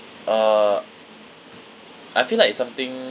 uh I feel like it's something